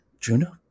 Juno